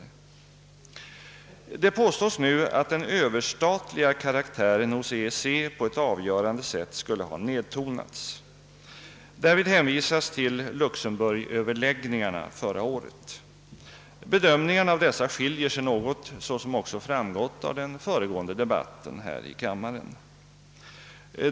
Det påstås nu att den överstatliga karaktären hos EEC på ett avgörande sätt skulle ha nedtonats. Därvid hänvisas till Luxemburgöverläggningarna förra året. Bedömningarna av dessa skiljer sig något, såsom framgått av den föregående debatten här i kammaren.